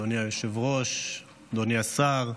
אדוני היושב-ראש, אדוני השר,